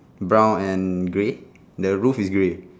brown and grey the roof is grey